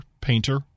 painter